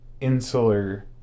insular